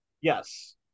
Yes